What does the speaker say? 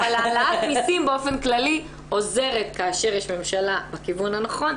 אבל העלאת מסים באופן כללי עוזרת כאשר יש ממשלה בכיוון הנכון,